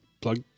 plug